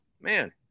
man